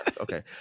okay